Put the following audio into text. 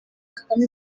kagame